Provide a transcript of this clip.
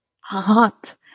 hot